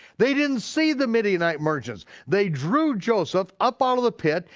they didn't see the midianite merchants, they drew joseph up out of the pit,